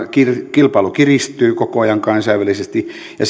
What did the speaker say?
kilpailu kiristyy koko ajan kansainvälisesti ja